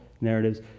narratives